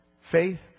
Faith